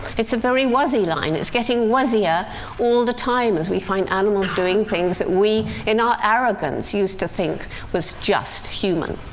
it's a very wuzzy line. it's getting wuzzier all the time as we find animals doing things that we, in our arrogance, used to think was just human.